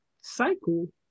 cycle